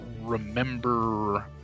remember